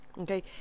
Okay